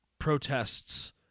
Protests